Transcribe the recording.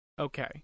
Okay